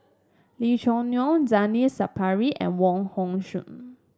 Lee Choo Neo Zainal Sapari and Wong Hong Suen